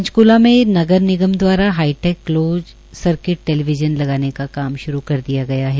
पंचक्ला में नगर निगम दवारा हाईटेक क्लोज सर्किट टैलीविज़न लगाने का काम श्रू हो गया है